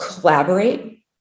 collaborate